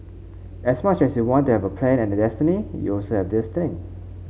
as much as you want to have a plan and a destiny you also have this thing